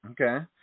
okay